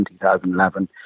2011